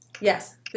Yes